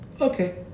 okay